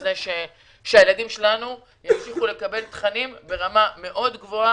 לזה שהילדים שלנו ימשיכו לקבל תכנים ברמה גבוה,